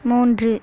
மூன்று